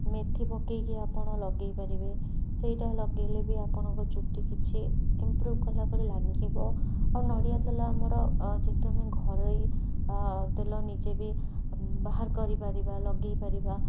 ମେଥି ପକାଇକି ଆପଣ ଲଗେଇପାରିବେ ସେଇଟା ଲଗାଇଲେ ବି ଆପଣଙ୍କ ଚୁଟି କିଛି ଇମ୍ପପୃଭ କଲାଭଳି ଲାଗିବ ଆଉ ନଡ଼ିଆତେଲ ଆମର ଯେତେବେଳେ ଘରୋଇ ତେଲ ନିଜେ ବି ବାହାର କରିପାରିବା ଲଗାଇପାରିବା